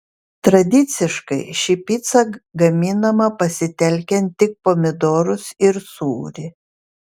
tradiciškai ši pica gaminama pasitelkiant tik pomidorus ir sūrį